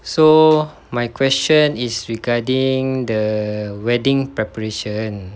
so my question is regarding the wedding preparation